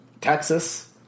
Texas